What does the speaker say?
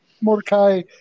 Mordecai